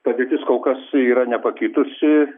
padėtis kol kas yra nepakitusi